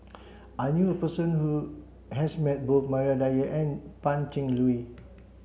I knew a person who has met both Maria Dyer and Pan Cheng Lui